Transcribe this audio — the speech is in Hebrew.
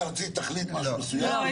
הארצית תחליט משהו מסוים ופה --- לא.